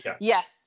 yes